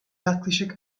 yaklaşık